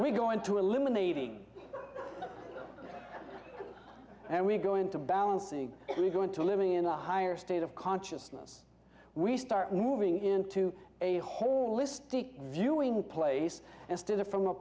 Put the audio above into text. we going to eliminating and we go into balancing we go into living in a higher state of consciousness we start moving into a holistic viewing place and still are from a